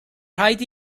rhaid